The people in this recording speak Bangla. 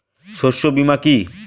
শস্য বীমা কি?